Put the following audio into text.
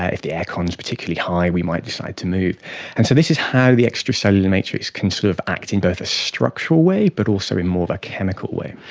ah if the aircon um is particularly high we might decide to move. and so this is how the extracellular matrix can sort of act in both a structural way but also in more of a chemical way.